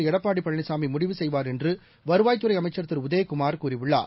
எடப்பாடிபழனிசாமிமுடிவு செய்வார் என்று வருவாய்த்துறைஅமைச்சர் திருஉதயகுமார் கூறியுள்ளார்